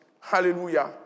Hallelujah